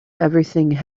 everything